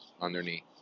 underneath